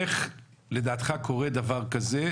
איך לדעתך קורה דבר כזה?